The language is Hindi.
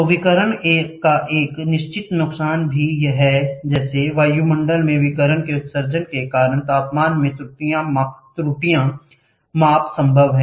तो विकिरण का एक निश्चित नुकसान भी है जैसे वायुमंडल में विकिरण के उत्सर्जन के कारण तापमान में त्रुटियां माप संभव है